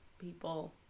people